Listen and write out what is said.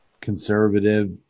conservative